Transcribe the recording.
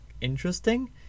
interesting